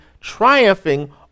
triumphing